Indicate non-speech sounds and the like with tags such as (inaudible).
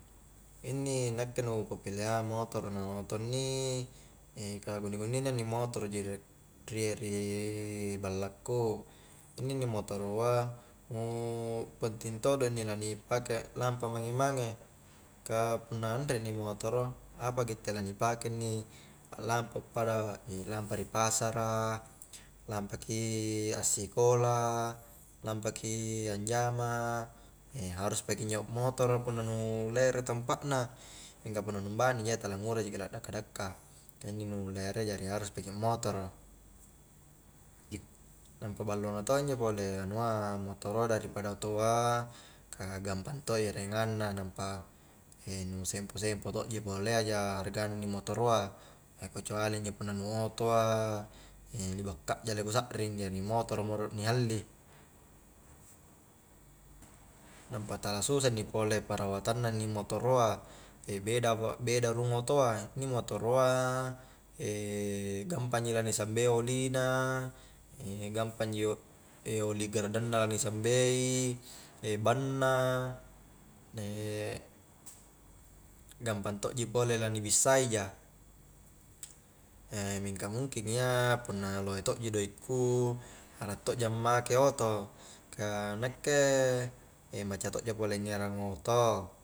Inni nakke nu kupilea motoro na oto inni (hesitation) ka kunni-kunni na inni motoro ji rie-riek ri balla ku inni-inni motoro a panting todo inni la ni pake lampa mange-mange ka punna anre ni motoro apa gitte la ni pake inni aklampa pada, (hesitation) lampa ri pasara lampaki assikola lampaki anjama (hesitation) harus paki injo akmotoro punna nu lere tampa'na mingka punna nu ambani ja iya tala ngura jaki la dakka-dakka ka inni nu lere jari harus paki akmotoro nampa ballo na to' injo pole anua motoroa daripada otoa, ka gampang to' i erangang na nampa (hesitation) nu sempo-sempo tokji polea ja harga na inni motoroa (hesitation) kecuali injo punna nu otoa (hesitation) libak kajjala i ku sakring jari motoro mo rolo ni halli nampa tala susah ji pole perawatang na inni motoroa (hesitation) beda-beda rung otoa inni motoroa (hesitation) gampang ji la ni sambei oli na (hesitation) gampang ji oli gardan na la ni sambei (hesitation) ban na gampang tokji pole la ni bissai ja (hesitation) mingka mungking iya punna lohe tokji doikku arak tokja make oto ka nakke (hesitation) macca tokja pole ngerang oto